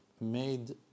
made